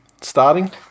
starting